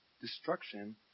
destruction